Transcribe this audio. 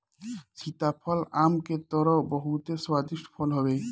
सीताफल आम के तरह बहुते स्वादिष्ट फल हवे